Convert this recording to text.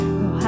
no